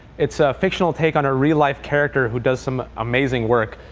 it's a fictional take on a real life character who does some amazing work.